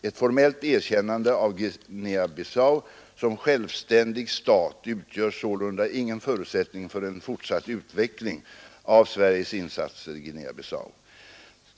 Ett formellt erkännande av Guinea-Bissau som självständig stat utgör sålunda ingen förutsättning för en fortsatt utveckling av Sveriges insatser i Guinea-Bissau.